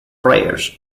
prayers